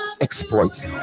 exploits